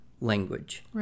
Language